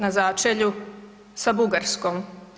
Na začelju sa Bugarskom.